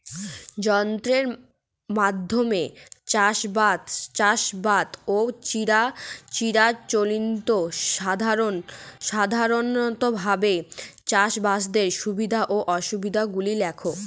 যন্ত্রের মাধ্যমে চাষাবাদ ও চিরাচরিত সাধারণভাবে চাষাবাদের সুবিধা ও অসুবিধা গুলি লেখ?